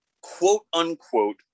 quote-unquote